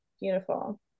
Beautiful